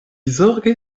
zorge